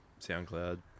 SoundCloud